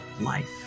Life